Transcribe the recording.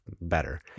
better